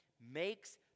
makes